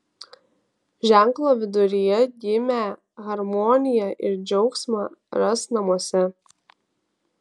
ženklo viduryje gimę harmoniją ir džiaugsmą ras namuose